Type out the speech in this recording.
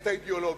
את האידיאולוגיה.